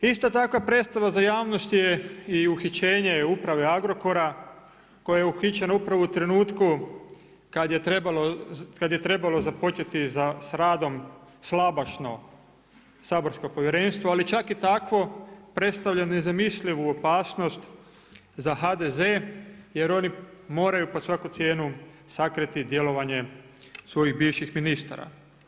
Isto tako predstava za javnost je i uhićenje Uprave Agrokora koja je uhićena upravo u trenutku kad je trebalo započeti sa radom slabašno saborsko povjerenstvo, ali čak i takvo predstavlja nezamislivu opasnost za HDZ jer oni moraju pod svaku cijenu sakriti djelovanje svojih bivših ministara.